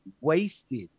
Wasted